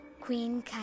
Queen